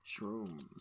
shrooms